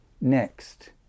next